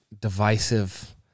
divisive